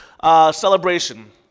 celebration